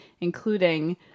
including